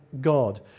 God